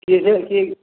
କିଏ ସେ କିଏ